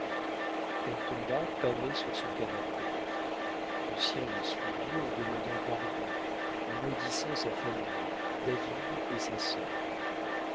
elle tomba pâmée sur son canapé lucien l'y suivit en demandant pardon en maudissant sa famille david et sa sœur